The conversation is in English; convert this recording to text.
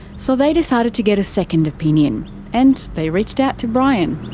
so they decided to get a second opinion and they reached out to brian.